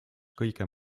kõige